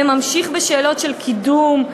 וממשיכה בשאלות של קידום,